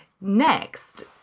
Next